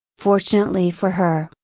fortunately for her,